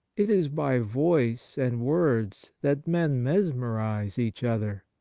it is by voice and words that men mesmerize each other.